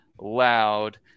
loud